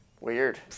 Weird